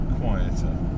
quieter